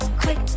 quick